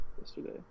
...yesterday